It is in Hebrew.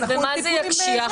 אז במה זה יקשיח?